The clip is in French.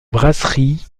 brasserie